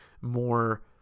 more